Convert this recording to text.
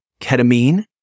ketamine